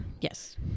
Yes